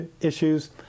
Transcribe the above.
issues